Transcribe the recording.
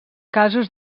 casos